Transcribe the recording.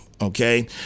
okay